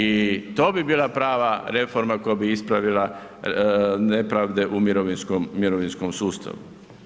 I to bi bila prava reforma koja bi ispravila nepravde u mirovinskom sustavu.